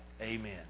Amen